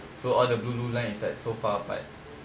so all the blue blue line is like so far apart